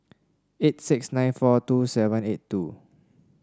eight six nine four two seven eight two